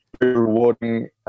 rewarding